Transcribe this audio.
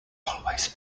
always